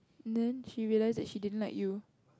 then she realise that she didn't like you